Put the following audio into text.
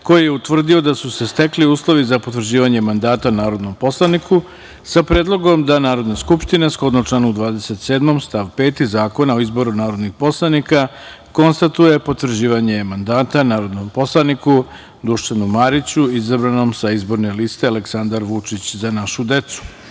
koji je utvrdio da su se stekli uslovi za potvrđivanje mandata narodnom poslaniku, sa predlogom da Narodna skupština, shodno članu 27. stav 5. Zakona o izboru narodnih poslanika, konstatuje potvrđivanje mandata narodnom poslaniku Dušanu Mariću, izabranom sa izborne liste Aleksandar Vučić – „Za našu decu“.Na